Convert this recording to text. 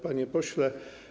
Panie Pośle!